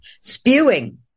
spewing